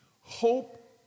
Hope